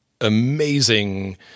amazing